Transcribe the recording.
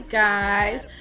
guys